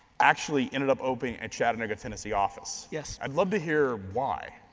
actually ended up opening a chattanooga, tennessee office. yes. i'd love to hear why.